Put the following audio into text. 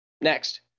Next